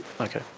Okay